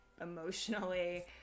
emotionally